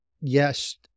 Yes